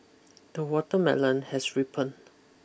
the watermelon has ripened